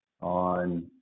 on